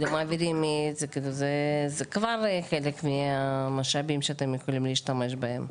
זה כבר חלק מהמשאבים שאתם יכולים להשתמש בהם.